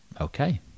Okay